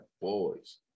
boys